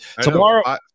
Tomorrow